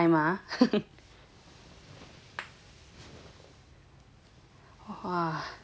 !wah!